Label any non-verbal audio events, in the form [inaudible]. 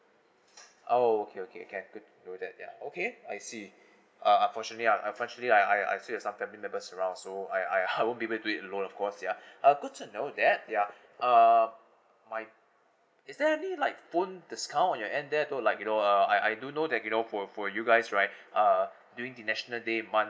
oh okay okay can good to know that ya okay I see uh unfortunately I unfortunately I I I still have some family members around so I I I [laughs] won't be able to do it alone of course ya uh good to know that ya err my is there any like phone discount on your end there though like you know uh I I do know that you know for for you guys right err during the national day month